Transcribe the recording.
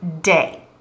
day